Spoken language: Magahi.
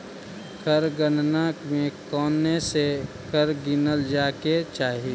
कर गणना में कौनसे कर गिनल जाए के चाही